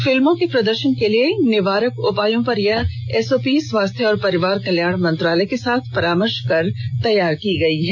फिल्मों के प्रदर्शन के लिए निवारक उपायों पर यह एसओपी स्वास्थ्य और परिवार कल्याण मंत्रालय के साथ परामर्श कर तैयार की गई है